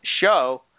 show